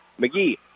McGee